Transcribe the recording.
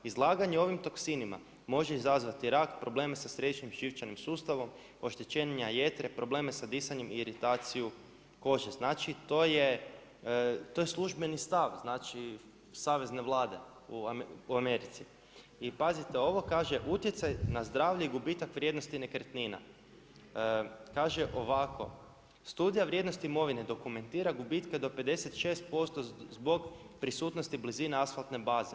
Izlaganje ovim toksinima može izazvati rak, probleme sa središnjim živčanim sustavom, oštećenja jetre, problem sa disanjem i iritaciju kože.“ Znači to je službeni stav Savezne Vlade u Americi, i pazite ovo, kaže: „Utjecaj na zdravlje i gubitak vrijednosti nekretnina.“ Kaže ovako: „Studija vrijednosti imovine dokumentira gubitke do 56% zbog prisutnosti blizine asfaltne baze.